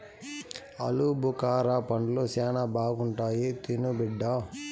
ఆలుబుకారా పండ్లు శానా బాగుంటాయి తిను బిడ్డ